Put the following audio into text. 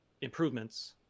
improvements